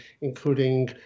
including